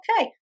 Okay